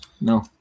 no